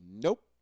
Nope